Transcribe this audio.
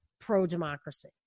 pro-democracy